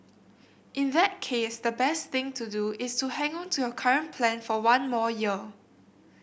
in that case the best thing to do is to hang on to your current plan for one more year